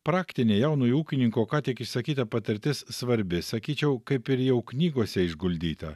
praktinė jaunojo ūkininko ką tik išsakyta patirtis svarbi sakyčiau kaip ir jau knygose išguldyta